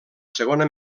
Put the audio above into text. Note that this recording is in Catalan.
segona